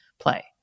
play